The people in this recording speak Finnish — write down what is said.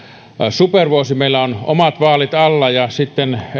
supervuosi meillä on omat vaalit alla ja sitten